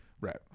Right